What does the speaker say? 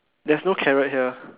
there's no carrot here